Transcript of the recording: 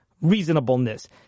reasonableness